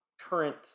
current